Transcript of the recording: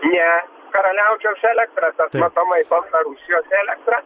ne karaliaučiaus elektrą bet matomai baltarusijos elektrą